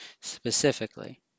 specifically